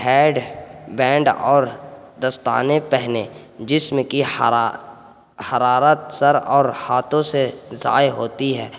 head band اور دستانے پہنے جسم کیا حرارت سر اور ہاتھوں سے ضائع ہوتی ہے